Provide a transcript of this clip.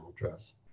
address